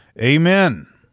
Amen